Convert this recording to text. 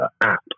app